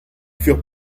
furent